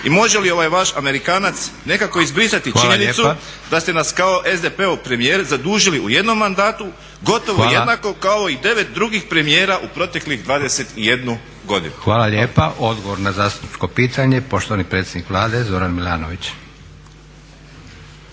i može li ovaj vaš amerikanac nekako izbrisati činjenicu da ste nas kao SDP-ov premijer zadužili u jednom mandatu gotovo jednako kao i 9 drugih premijera u proteklih 21 godinu. **Leko, Josip (SDP)** Hvala lijepa. Odgovor na zastupničko pitanje, poštovani predsjednik Vlade Zoran Milanović.